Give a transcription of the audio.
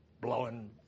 blowing